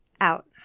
out